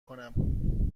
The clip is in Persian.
کنم